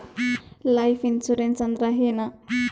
Life insurance ಅಂದ್ರ ಏನ?